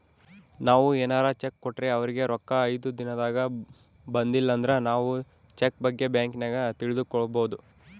ನಾವು ಏನಾರ ಚೆಕ್ ಕೊಟ್ರೆ ಅವರಿಗೆ ರೊಕ್ಕ ಐದು ದಿನದಾಗ ಬಂದಿಲಂದ್ರ ನಾವು ಚೆಕ್ ಬಗ್ಗೆ ಬ್ಯಾಂಕಿನಾಗ ತಿಳಿದುಕೊಬೊದು